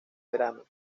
verano